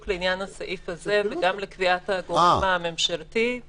בעניין הסעיף הזה וגם לקביעת הגורם הממשלתי.